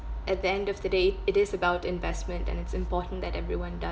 at the end of the day it it is about investment and it's important that everyone does